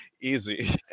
Easy